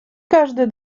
każdy